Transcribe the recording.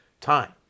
time